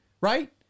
right